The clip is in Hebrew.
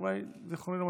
אם אני זוכר נכון,